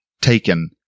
taken